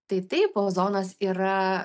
tai taip ozonas yra